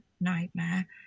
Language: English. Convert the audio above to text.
nightmare